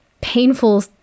painful